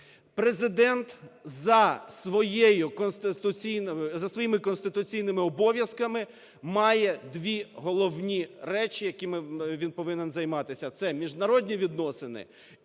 Президент за своїми конституційними обов'язками має дві головні речі, якими він повинен займатися, - це міжнародні відносини